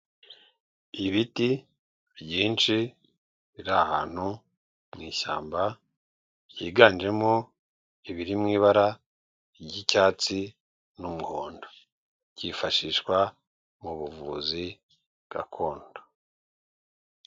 Ibiti byinshi biri ahantu mu ishyamba byiganjemo ibiri mu ibara ry'icyatsi n'umuhondo, byifashishwa mu buvuzi gakondo.